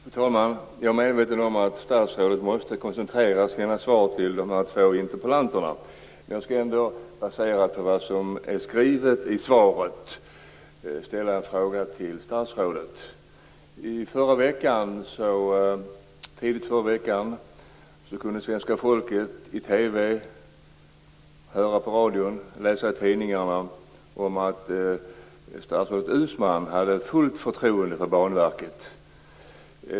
Fru talman! Jag är medveten om att statsrådet måste koncentrera sina svar till de två interpellanterna. Jag skall ändå, baserat på vad som är skrivet i svaret, ställa en fråga till statsrådet. Tidigt i förra veckan kunde svenska folket se på TV, höra på radio och läsa i tidningarna att statsrådet Uusmann hade fullt förtroende för Banverket.